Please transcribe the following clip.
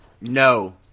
No